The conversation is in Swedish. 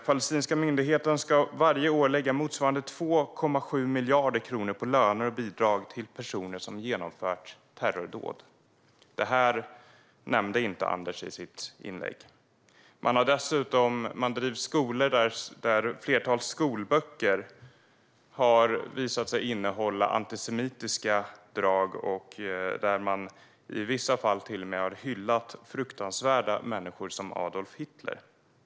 Palestinska myndigheten ska varje år lägga motsvarande 2,7 miljarder kronor på löner och bidrag till personer som genomfört terrordåd. Det nämnde inte Anders i sitt inlägg. Man driver skolor där ett flertal skolböcker har visat sig innehålla antisemitiska drag. Man har i vissa fall till och med hyllat fruktansvärda människor som Adolf Hitler.